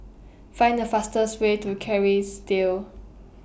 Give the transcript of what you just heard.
Find The fastest Way to Kerrisdale